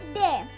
day